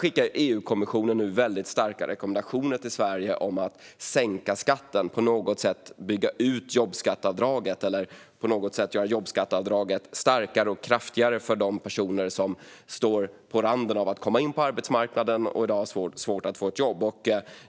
EU-kommissionen skickar nu väldigt starka rekommendationer till Sverige om att sänka skatten och på något sätt bygga ut jobbskatteavdraget eller göra det starkare och kraftigare för de personer som står på randen till att komma in på arbetsmarknaden och i dag har svårt att få ett jobb.